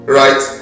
right